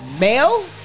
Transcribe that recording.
male